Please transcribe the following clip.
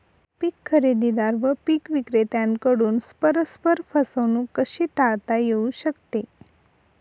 पीक खरेदीदार व पीक विक्रेत्यांकडून परस्पर फसवणूक कशी टाळता येऊ शकते?